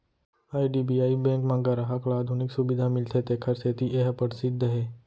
IDBI bank म गराहक ल आधुनिक सुबिधा मिलथे तेखर सेती ए ह परसिद्ध हे